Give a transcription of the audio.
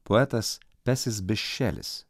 poetas pesis bišelis